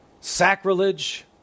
sacrilege